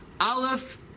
Aleph